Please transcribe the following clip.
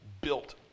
built